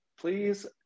please